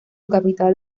capital